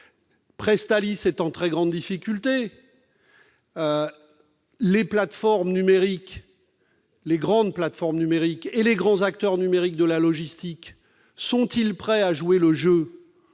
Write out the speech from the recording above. Presstalis est en très grande difficulté. Les grandes plateformes et les grands acteurs numériques de la logistique sont-ils prêts à jouer le jeu